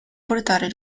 portare